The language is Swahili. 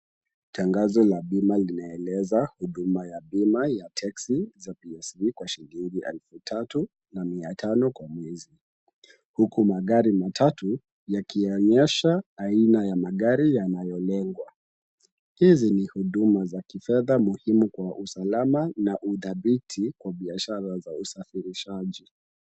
Tangazo la bima linaeleza huduma ya bima ya teksi za PSV kwa shilingi elfu tatu na mia tano kwa mwezi huku magari matatu yakionyesha aina ya magari yanayolengwa. Hizi ni huduma za kifedha muhimu kwa usalama na udhabiti kwa biashara za usafirishaji.